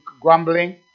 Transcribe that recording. grumbling